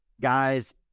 Guys